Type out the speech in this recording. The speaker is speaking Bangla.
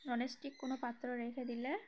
ননস্টিক কোনো পাত্র রেখে দিলে